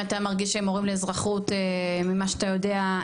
אתה מרגיש שמורים לאזרחות ממה שאתה יודע,